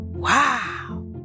Wow